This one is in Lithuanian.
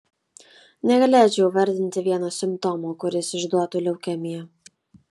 negalėčiau įvardinti vieno simptomo kuris išduotų leukemiją